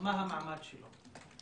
מה המעמד שלהם?